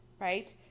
right